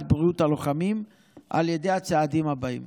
בריאות הלוחמים על ידי הצעדים הבאים: